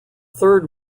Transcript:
third